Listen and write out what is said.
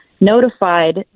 notified